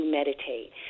meditate